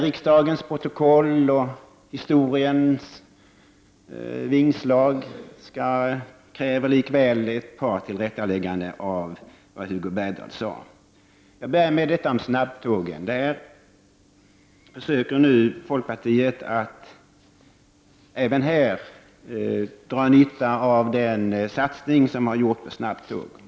Riksdagens protokoll och historiens vingslag kräver likväl ett par tillrättalägganden av vad Hugo Bergdahl sade. När det gäller snabbtågen försöker nu folkpartiet dra nytta av den satsning som har gjorts på snabbtåg.